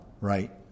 right